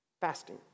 Fasting